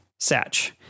Satch